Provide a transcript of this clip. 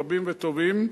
רבים וטובים.